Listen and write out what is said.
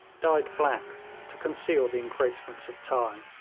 dyed black to conceal the encroachments of time.